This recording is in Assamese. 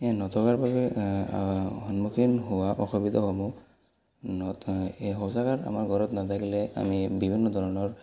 এ নথকাৰ বাবে সন্মুখীন হোৱা অসুবিধাসমূহ এই শৌচাগাৰ আমাৰ ঘৰত নাথাকিলে আমি বিভিন্ন ধৰণৰ